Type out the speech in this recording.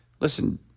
Listen